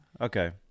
okay